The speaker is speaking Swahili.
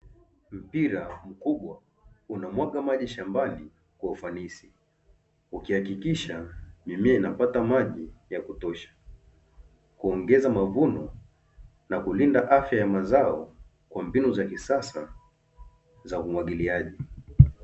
Mpira mkubwa unamwaga maji shambani kwa ufanisi ukihakikisha mimea inapata maji ya kutosha, kuongeza mavuno na kulinda afya ya mazao kwa mbinu za kisasa za umwagiliaji.